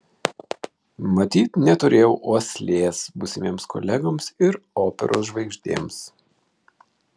matyt neturėjau uoslės būsimiems kolegoms ir operos žvaigždėms